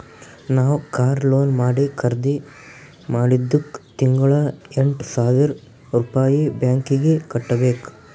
ನಾವ್ car loan ಮಾಡಿ ಖರ್ದಿ ಮಾಡಿದ್ದುಕ್ ತಿಂಗಳಾ ಎಂಟ್ ಸಾವಿರ್ ರುಪಾಯಿ ಬ್ಯಾಂಕೀಗಿ ಕಟ್ಟಬೇಕ್